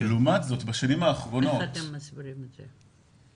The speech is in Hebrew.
איך אתם מסבירים את זה?